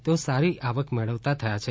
તેઓ સારી આવક મેળવતા થયા છે